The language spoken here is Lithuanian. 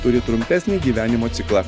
turi trumpesnį gyvenimo ciklą